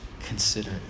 Consider